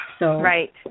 Right